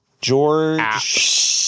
George